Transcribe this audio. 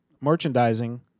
merchandising